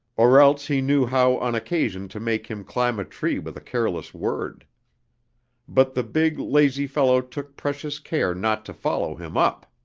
or else he knew how on occasion to make him climb a tree with a careless word but the big, lazy fellow took precious care not to follow him up!